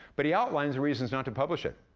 but he outlines reasons not to publish it,